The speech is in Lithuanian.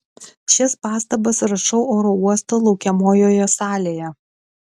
šias pastabas rašau oro uosto laukiamojoje salėje